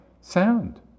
Sound